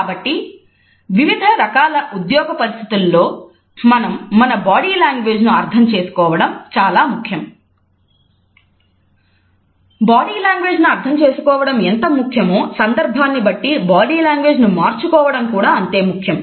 కాబట్టి వివిధ రకాల ఉద్యోగ పరిస్థితుల్లో మనం మన బాడీ లాంగ్వేజ్ ను అర్థం చేసుకోవడం చాలా బాడీ లాంగ్వేజ్ ను అర్థం చేసుకోవడం ఎంత ముఖ్యమో సందర్భాన్ని బట్టి బాడీ లాంగ్వేజ్ ను మార్చుకోవడం కూడా అంతే అవసరం